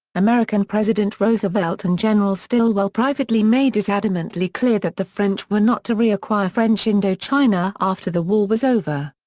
american president roosevelt and general stilwell privately made it adamantly clear that the french were not to reacquire french indochina after the war was over.